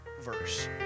verse